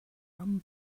rum